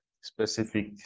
specific